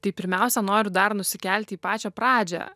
tai pirmiausia noriu dar nusikelti į pačią pradžią